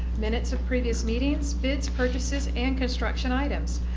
minutes of previous meetings, bids, purchases and construction items.